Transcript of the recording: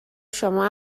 شما